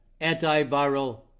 antiviral